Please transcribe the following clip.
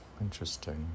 interesting